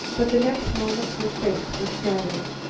but the next moment her faith was shattered.